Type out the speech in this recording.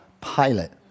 Pilot